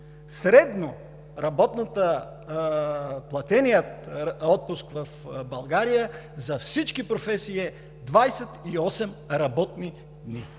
Средно платеният отпуск в България, за всички професии е 28 работни дни.